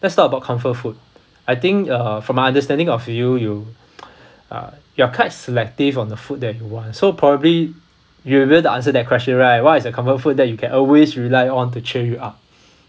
let's talk about comfort food I think uh from my understanding of you you uh you are quite selective on the food that you want so probably you refuse to answer that question right what is your comfort food that you can always rely on to cheer you up